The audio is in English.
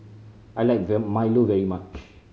I like well milo very much